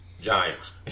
Giants